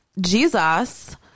Jesus